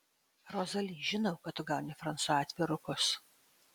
rozali žinau kad tu gauni fransua atvirukus